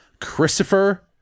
Christopher